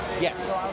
Yes